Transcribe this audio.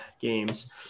games